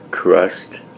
trust